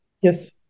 yes